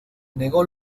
negó